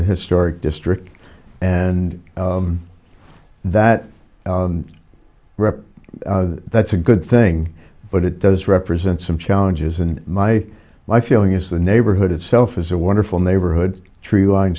a historic district and that rep that's a good thing but it does represent some challenges in my my feeling is the neighborhood itself is a wonderful neighborhood tree line